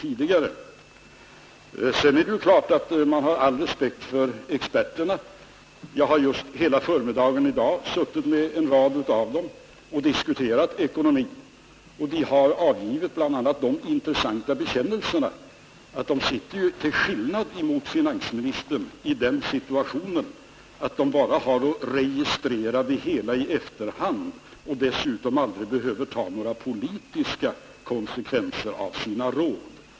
Sedan är det klart att man har all respekt för experterna. Jag har just hela förmiddagen i dag suttit med en rad av dem och diskuterat ekonomi, och de har bl.a. avgivit de intressanta bekännelserna att de — till skillnad från finansministern — sitter i den situationen att de bara har att registrera det hela i efterhand och dessutom aldrig behöver ta några politiska konsekvenser av sina råd.